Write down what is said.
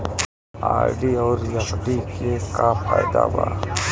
RD आउर FD के का फायदा बा?